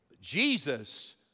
Jesus